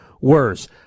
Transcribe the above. worse